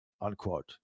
unquote